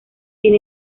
sin